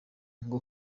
ngo